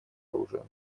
оружия